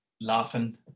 laughing